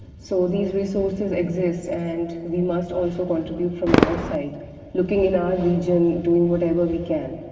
so, these resources exist and we must also contribute from our side looking in our region doing whatever we can.